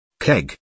keg